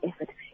effort